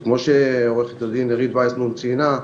וכמו שעורכת הדיין עירית וייסבלום ציינה,